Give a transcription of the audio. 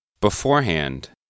Beforehand